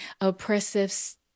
oppressive